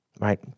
right